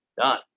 done